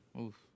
Oof